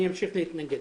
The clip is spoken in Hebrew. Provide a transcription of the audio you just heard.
אני אמשיך להתנגד,